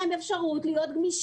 תנו להם אפשרות להיות גמישים.